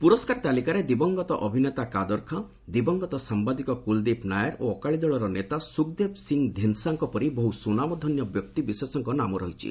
ପ୍ରରସ୍କାର ତାଲିକାରେ ଦିବଂଗତ ଅଭିନେତା କାଦର ଖାଁ ଦିବଂଗତ ସାମ୍ଭାଦିକ କ୍ରଳଦୀପ ନାୟାର ଓ ଅକାଳି ଦଳର ନେତା ସୁଖ୍ଦେବ ସିଂ ଧିନ୍ଦ୍ସାଙ୍କ ପରି ବହୁ ସୁନାମଧନ୍ୟ ବ୍ୟକ୍ତିବିଶେଷଙ୍କ ନାମ ରହିଛି